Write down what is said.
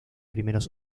primeros